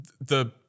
the-